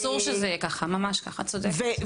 ואסור שזה יהיה כך, את צודקת לגמרי.